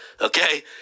Okay